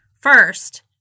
First